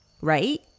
right